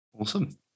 Awesome